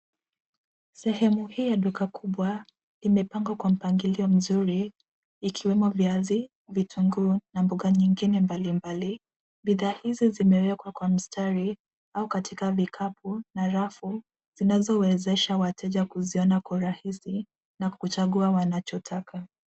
Sehemu hii ya duka kubwa imepangwa kwa mpangilio mzuri, ikiwemo viazi ,vitunguu na mboga nyingine mbali mbali. Bidhaa hizi zimewekwa kwa mistari au katika vikapu na rafu, zinazowaezesha wateja kuziona kwa urahisi na kuchagua wanachotaka.